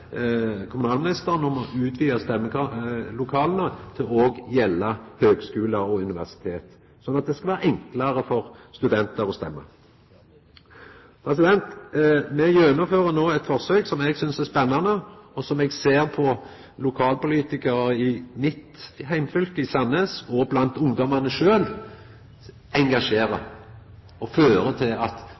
kommunalministeren om å utvida stemmelokala til òg å gjelda høgskular og universitet, slik at det skal bli enklare for studentane å stemma. Me gjennomfører no eit forsøk som eg synest er spennande, og som eg ser engasjerer både lokalpolitikarane og ungdommen i heimkommunen min, Sandnes, og fører til at me kan utvikla demokratiet og